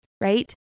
right